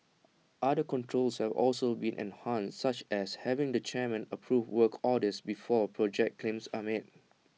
other controls have also been enhanced such as having the chairman approve works orders before project claims are made